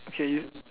okay you